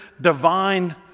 divine